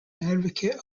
advocate